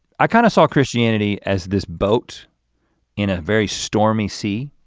i kind of saw christianity as this boat in a very stormy sea.